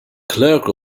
clerk